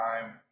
time